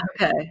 Okay